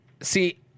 see